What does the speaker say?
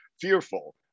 fearful